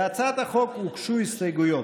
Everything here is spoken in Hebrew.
להצעת החוק הוגשו הסתייגויות.